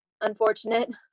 unfortunate